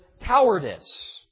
cowardice